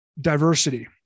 diversity